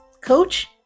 coach